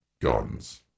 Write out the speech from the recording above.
Guns